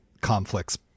conflicts